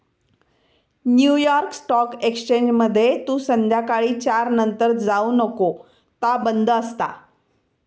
new York stock एक्सचेंजमध्ये तू संध्याकाळी चार नंतर जाऊ नको ता बंद असता